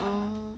oh